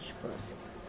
process